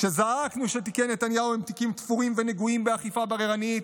כשזעקנו שתיקי נתניהו הם תיקים תפורים ונגועים באכיפה בררנית,